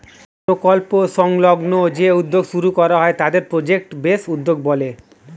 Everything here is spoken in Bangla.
প্রকল্প সংলগ্ন যে উদ্যোগ শুরু করা হয় তাকে প্রজেক্ট বেসড উদ্যোগ বলে